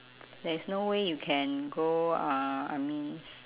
there is no way you can go uh I means